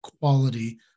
quality